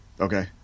Okay